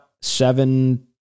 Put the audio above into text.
seven